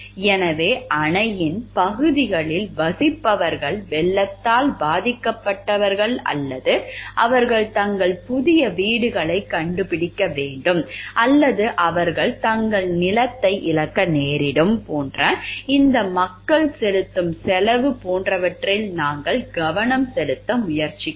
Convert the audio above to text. எனவே அணையின் பகுதிகளில் வசிப்பவர்கள் வெள்ளத்தால் பாதிக்கப்பட்டவர்கள் அல்லது அவர்கள் தங்கள் புதிய வீடுகளைக் கண்டுபிடிக்க வேண்டும் அல்லது அவர்கள் தங்கள் நிலத்தை இழக்க நேரிடும் போன்ற இந்த மக்கள் செலுத்தும் செலவு போன்றவற்றில் நாங்கள் கவனம் செலுத்த முயற்சிக்கிறோம்